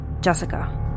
Jessica